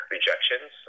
Rejections